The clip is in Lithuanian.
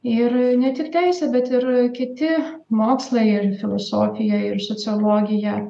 ir ne tik teisė bet ir kiti mokslai ir filosofija ir sociologija